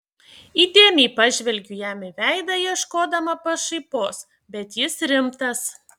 įdėmiai pažvelgiu jam į veidą ieškodama pašaipos bet jis rimtas